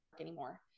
anymore